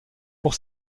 pour